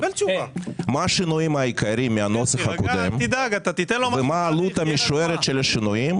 מה השינויים העיקריים מהנוסח הקודם ומה העלות המשוערת של השינויים.